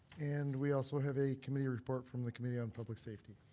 and we also have a committee report from the committee on public safety.